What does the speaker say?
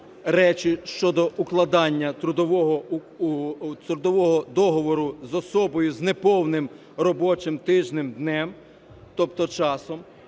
речі щодо укладення трудового договору з особою з неповним робочим тижнем/днем, тобто часом.